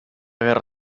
guerra